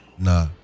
Nah